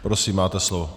Prosím, máte slovo.